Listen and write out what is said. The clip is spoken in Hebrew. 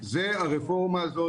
היא הרפורמה הזאת,